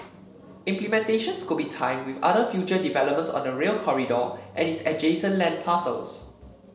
implementations could be timed with other future developments on the Rail Corridor and its adjacent land parcels